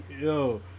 yo